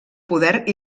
poder